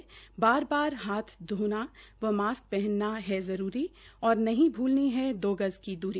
बार बार हाथ धोना व मास्क पहनना है जरूरी और नहीं भूलनी है दो गज की दूरी